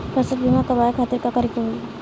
फसल बीमा करवाए खातिर का करे के होई?